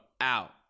out